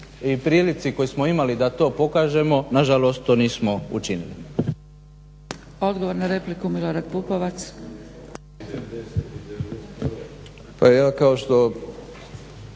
i prilici koju smo imali da to pokažemo na žalost to nismo učinili.